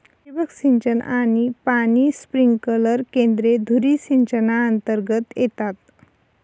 ठिबक सिंचन आणि पाणी स्प्रिंकलर केंद्रे धुरी सिंचनातर्गत येतात